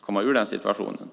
komma ur den situationen.